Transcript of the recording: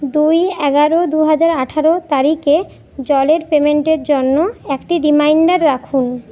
দুই এগারো দু হাজার আঠারো তারিখে জলের পেমেন্টের জন্য একটি রিমাইন্ডার রাখুন